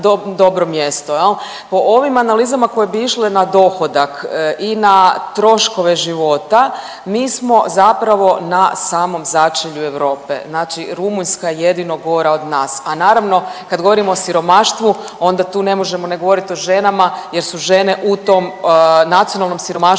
dobro mjesto, je li? Po ovim analizama koje bi išle na dohodak i na troškove života, mi smo zapravo na samom začelju Europe, znači Rumunjska je jedino gora od nas. A naravno, kad govorimo o siromaštvu, onda tu ne možemo ne govoriti o ženama jer su žene u tom nacionalnom siromaštvu